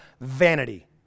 vanity